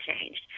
changed